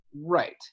Right